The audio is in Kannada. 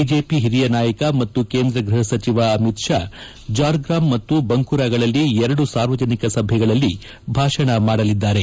ಬಿಜೆಪಿ ಹಿರಿಯ ನಾಯಕ ಮತ್ತು ಕೇಂದ್ರ ಗೃಹ ಸಚಿವ ಅಮಿತ್ ಷಾ ಜಾರ್ಗ್ರಾಮ್ ಮತ್ತು ಬಂಕೂರಗಳಲ್ಲಿ ಎರಡು ಸಾರ್ವಜನಿಕ ಸಭೆಗಳಲ್ಲಿ ಭಾಷಣ ಮಾಡಲಿದ್ದಾರೆ